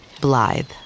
Blythe